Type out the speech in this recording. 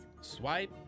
Swipe